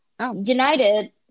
United